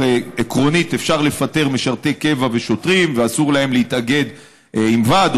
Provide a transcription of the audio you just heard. הרי עקרונית אפשר לפטר משרתי קבע ושוטרים ואסור להם להתאגד עם ועד.